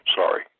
Sorry